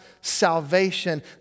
salvation